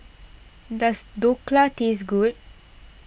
does Dhokla taste good